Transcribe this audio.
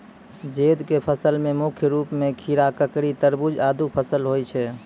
जैद क फसल मे मुख्य रूप सें खीरा, ककड़ी, तरबूज आदि फसल होय छै